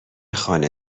خانه